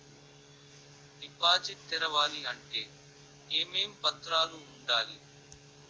Deposit తెరవాలి అంటే ఏమేం పత్రాలు ఉండాలి?